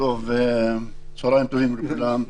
צוהריים טובים לכולם.